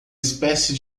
espécie